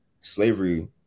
Slavery